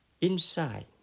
inside